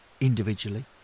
individually